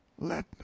Let